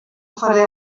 oferir